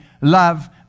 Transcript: love